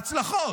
בהצלחות.